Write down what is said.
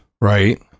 right